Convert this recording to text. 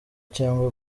cyangwa